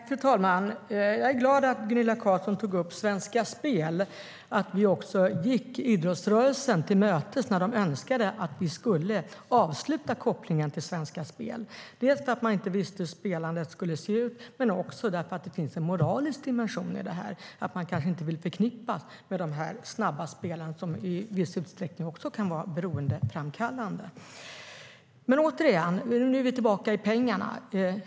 Fru talman! Jag är glad över att Gunilla Carlsson tog upp Svenska Spel. Vi gick idrottsrörelsen till mötes när den önskade att vi skulle avsluta kopplingen till Svenska Spel. Man visste inte hur spelandet skulle se ut, och också att det finns också en moralisk dimension i detta. Man kanske inte vill bli förknippad med de snabba spelen som i viss utsträckning också kan vara beroendeframkallande. Återigen: Nu är vi tillbaka till detta med pengar.